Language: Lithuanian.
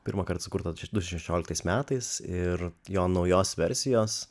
pirmąkart sukurtas du šešioiktais metais ir jo naujos versijos